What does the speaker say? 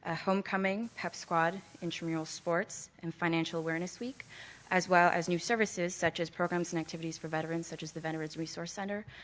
ah homecoming, pep squad, intramural sports and financial awareness week as well as new services such as programs and activities for veterans such as the veterans resource center,